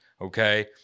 okay